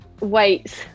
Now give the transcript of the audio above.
weights